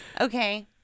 Okay